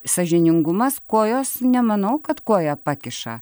sąžiningumas kojos nemanau kad koją pakiša